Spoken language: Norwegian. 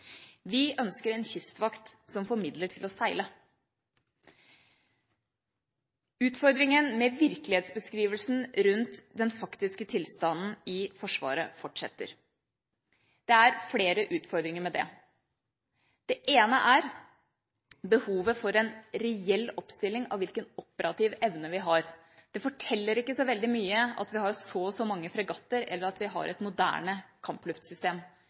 Vi ønsker en kystvakt som får midler til å seile. Utfordringa med virkelighetsbeskrivelsen rundt den faktiske tilstanden i Forsvaret fortsetter. Det er flere utfordringer med det. Det ene er behovet for en reell oppstilling av hvilken operativ evne vi har. Det forteller ikke så veldig mye at vi har så og så mange fregatter eller at vi har et moderne